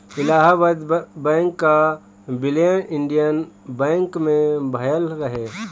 Allahabad bank कअ विलय Indian bank मे भयल रहे